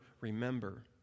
remember